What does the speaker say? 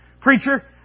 Preacher